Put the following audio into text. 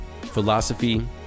philosophy